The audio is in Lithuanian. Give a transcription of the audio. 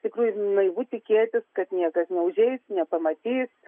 tikrai naivu tikėtis kad niekas neužeis nepamatys